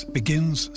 begins